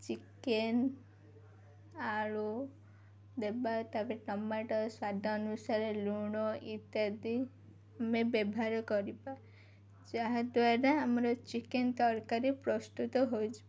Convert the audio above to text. chicken ଆଳୁ ଦେବା ତା'ପରେ ଟମାଟୋ ସ୍ୱାଦ ଅନୁସାରେ ଲୁଣ ଇତ୍ୟାଦି ଆମେ ବ୍ୟବହାର କରିବା ଯାହାଦ୍ୱାରା ଆମର ଚିକେନ୍ ତରକାରୀ ପ୍ରସ୍ତୁତ ହୋଇଯିବ